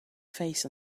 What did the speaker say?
face